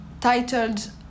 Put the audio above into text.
titled